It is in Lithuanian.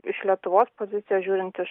iš lietuvos pozicijos žiūrint iš